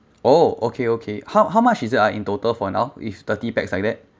orh okay okay how how much is it ah in total for now if thirty pax like that